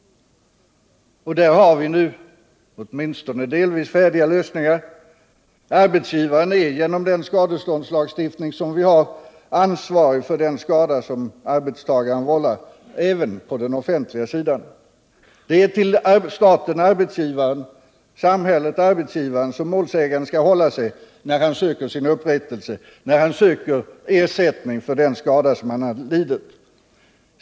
Här har vi — åtminstone delvis — redan nu färdiga lösningar. Arbetsgivaren är genom den skadeståndslagstiftning som vi har ansvarig för den skada som arbetstagaren vållar — även på den offentliga sidan. Det är till staten/ arbetsgivaren som målsäganden skall hålla sig, när han söker upprättelse och ersättning för den skada som han har lidit.